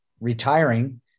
Retiring